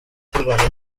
turwana